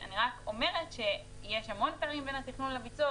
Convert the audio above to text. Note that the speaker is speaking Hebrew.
אני רק אומרת שיש המון פערים בין התכנון לביצוע,